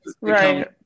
Right